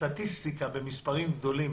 סטטיסטיקה במספרים גדולים